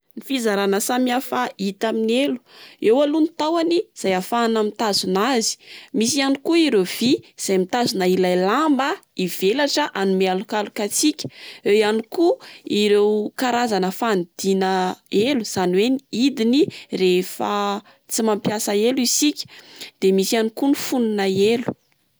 Ny fizarana samihafa hita amin'ny elo: eo aloha ny tahony, izay ahafahana mitazona azy. Misy ihany koa ireo vy, izay mitazona ilay lamba hivelatra hanome alokaloka atsika. Eo ihany koa ireo karazana fanidina elo, izany hoe ny idiny rehefa tsy mampiasa elo isika. De misy ihany koa ny fonina elo.